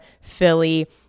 Philly